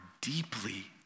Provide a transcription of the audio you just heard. deeply